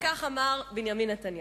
וכך אמר בנימין נתניהו: